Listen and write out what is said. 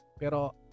Pero